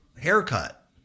haircut